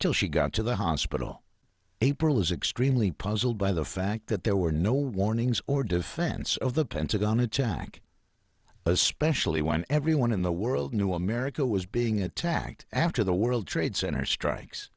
till she got to the hospital april is extremely puzzled by the fact that there were no warnings or defense of the pentagon attack especially when everyone in the world knew america was being attacked after the world trade center strikes